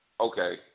okay